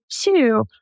two